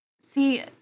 see